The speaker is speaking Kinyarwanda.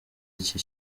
iki